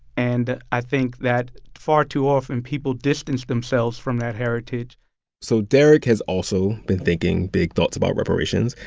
and i think that far too often, people distance themselves from that heritage so darrick has also been thinking big thoughts about reparations.